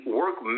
work